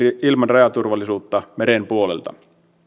ilman rajaturvallisuutta meren puolelta